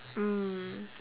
mm